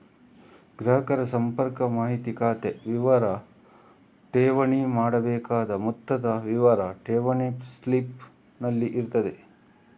ಗ್ರಾಹಕರ ಸಂಪರ್ಕ ಮಾಹಿತಿ, ಖಾತೆ ವಿವರ, ಠೇವಣಿ ಮಾಡಬೇಕಾದ ಮೊತ್ತದ ವಿವರ ಠೇವಣಿ ಸ್ಲಿಪ್ ನಲ್ಲಿ ಇರ್ತದೆ